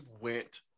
went